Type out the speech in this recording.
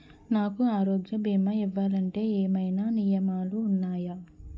నాకు ఆరోగ్య భీమా ఇవ్వాలంటే ఏమైనా నియమాలు వున్నాయా?